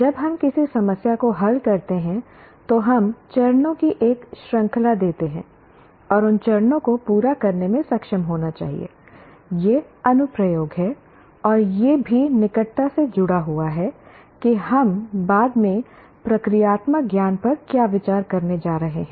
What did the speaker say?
जब हम किसी समस्या को हल करते हैं तो हम चरणों की एक श्रृंखला देते हैं और उन चरणों को पूरा करने में सक्षम होना चाहिए यह अनुप्रयोग है और यह भी निकटता से जुड़ा हुआ है कि हम बाद में प्रक्रियात्मक ज्ञान पर क्या विचार करने जा रहे हैं